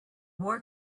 war